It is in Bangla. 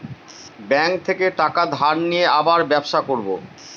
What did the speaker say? ব্যাঙ্ক থেকে টাকা ধার নিয়ে আবার ব্যবসা করবো